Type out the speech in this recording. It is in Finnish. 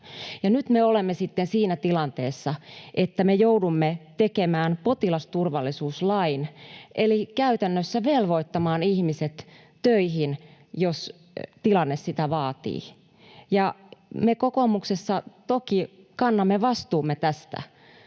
nyt me olemme sitten siinä tilanteessa, että me joudumme tekemään potilasturvallisuuslain eli käytännössä velvoittamaan ihmiset töihin, jos tilanne sitä vaatii. Me kokoomuksessa toki kannamme vastuumme tästä.